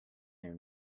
their